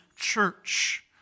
church